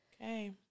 Okay